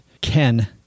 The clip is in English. Ken